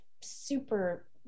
super